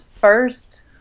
first